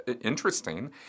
interesting